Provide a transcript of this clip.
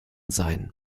sein